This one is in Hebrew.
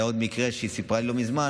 היה עוד מקרה שהיא סיפרה לי עליו לא מזמן,